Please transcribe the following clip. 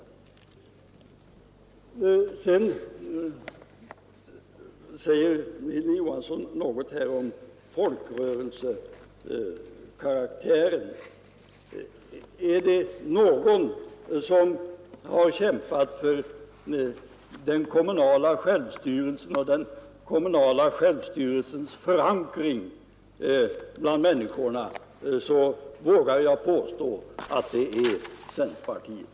Hilding Johansson säger därefter någonting om folkrörelsekaraktären. Om någon kämpat för den kommunala självstyrelsen och dess förankring bland människorna, vågar jag påstå att det är centerpartiet.